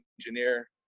engineer